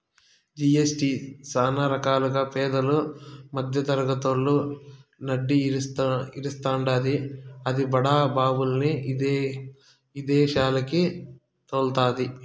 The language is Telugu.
జి.ఎస్.టీ సానా రకాలుగా పేదలు, మద్దెతరగతోళ్ళు నడ్డి ఇరస్తాండాది, అది బడా బాబుల్ని ఇదేశాలకి తోల్తండాది